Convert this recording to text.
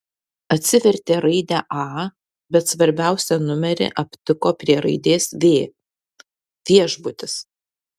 atsivertė raidę a bet svarbiausią numerį aptiko prie raidės v viešbutis